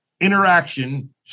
interaction